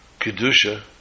kedusha